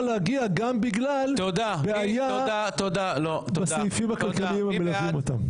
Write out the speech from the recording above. להגיע גם בגלל בעיה בסעיפים הכלכליים המלווים אותה.